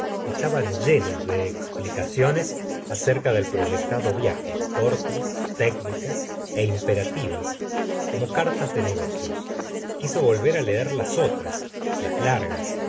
estaban llenas de explicaciones acerca del proyectado viaje cortas técnicas é imperativas como cartas de negocios quiso volver á leer las otras las largas